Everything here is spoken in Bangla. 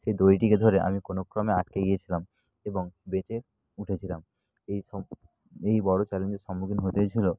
সেই দড়িটিকে ধরে আমি কোনোক্রমে আটকে গিয়েছিলাম এবং বেঁচে উঠেছিলাম এই সব এই বড় চ্যালেঞ্জের সম্মুখীন হতে হয়েছিল